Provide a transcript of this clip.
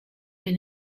been